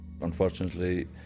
Unfortunately